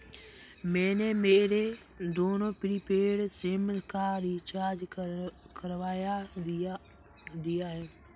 मैंने मेरे दोनों प्रीपेड सिम का रिचार्ज करवा दिया था